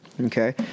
okay